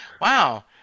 wow